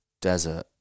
desert